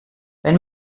wenn